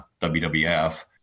WWF